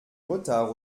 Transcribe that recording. retard